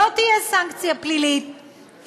לא תהיה סנקציה פלילית,